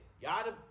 y'all